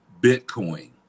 Bitcoin